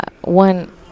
one